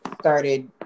started